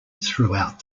throughout